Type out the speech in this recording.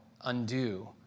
undo